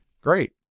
Great